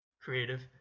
Creative